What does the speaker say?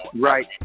Right